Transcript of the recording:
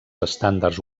estàndards